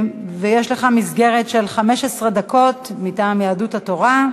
יש לך מסגרת של 15 דקות מטעם יהדות התורה.